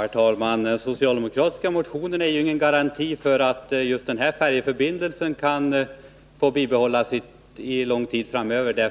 Herr talman! Den socialdemokratiska motionen är ju ingen garanti för att just den här färjeförbindelsen skall bibehållas under lång tid framöver.